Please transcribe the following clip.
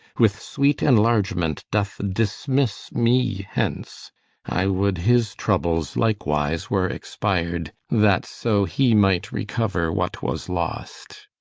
with sweet enlargement doth dismisse me hence i would his troubles likewise were expir'd, that so he might recouer what was lost.